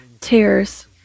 tears